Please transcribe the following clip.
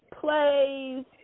plays